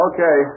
Okay